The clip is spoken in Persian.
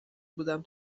بودم